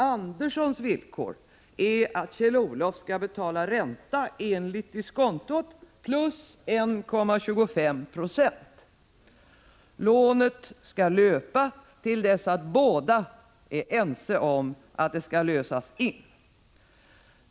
Anderssons villkor är att Kjell-Olof skall betala ränta motsvarande diskontot plus 1,25 90. Lånet skall löpa till dess att båda är ense om att det skall lösas in.